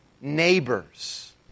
neighbors